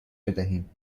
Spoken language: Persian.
بدهیم